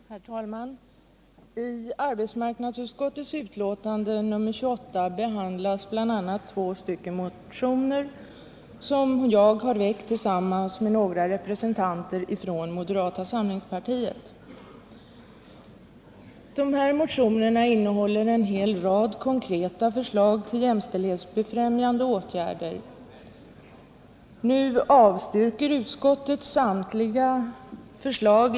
Herr talman! I arbetsmarknadsutskottets betänkande nr 28 behandlas bl.a. två motioner som jag har väckt tillsammans med några andra representanter för moderata samlingspartiet. Motionerna innehåller en rad konkreta förslag till jämställdhetsbefrämjande åtgärder. Utskottet avstyrker motionerna på samtliga punkter.